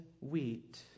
wheat